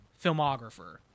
filmographer